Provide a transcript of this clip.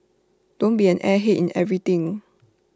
don't be an airhead in everything